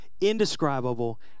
indescribable